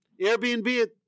Airbnb